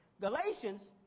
Galatians